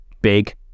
big